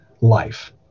life